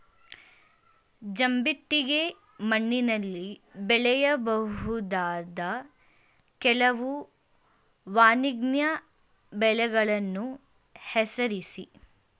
ಜಂಬಿಟ್ಟಿಗೆ ಮಣ್ಣಿನಲ್ಲಿ ಬೆಳೆಯಬಹುದಾದ ಕೆಲವು ವಾಣಿಜ್ಯ ಬೆಳೆಗಳನ್ನು ಹೆಸರಿಸಿ?